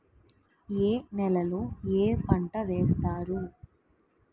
ఏ నేలలో ఏ పంట వేస్తారు?